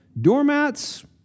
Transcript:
doormats